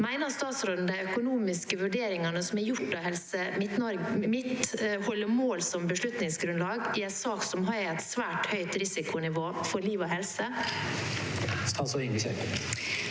Mener statsråden de økonomiske vurderingene som er gjort av Helse Midt-Norge, holder mål som beslutningsgrunnlag i en sak som har et svært høyt risikonivå for liv og helse?» Statsråd Ingvild